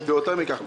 ויותר מכך,